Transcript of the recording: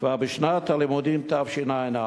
כבר בשנת הלימודים תשע"א,